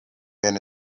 been